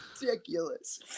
ridiculous